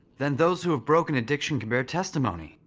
then those who've broken addiction can bear testimony.